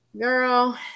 Girl